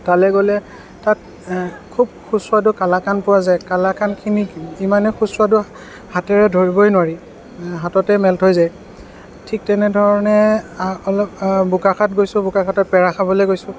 তালৈ গ'লে তাত খুব সুস্বাদু কালাকান পোৱা যায় কালাকানখিনি ইমানেই সুস্বাদু হাতেৰে ধৰিবই নোৱাৰি হাততেই মেল্ট হৈ যায় ঠিক তেনেধৰণে বোকাখাত গৈছোঁ বোকাখাতৰ পেৰা খাবলৈ গৈছোঁ